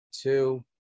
two